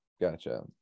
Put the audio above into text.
Gotcha